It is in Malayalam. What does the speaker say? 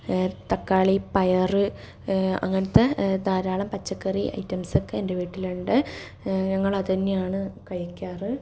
തക്കാളി പയർ അങ്ങനത്ത ധാരാളം പച്ചക്കറി ഐറ്റംസ് ഒക്കെ എൻ്റെ വീട്ടിൽ ഉണ്ട് ഞങ്ങൾ അതെന്നെയാണ് കഴിക്കാറ്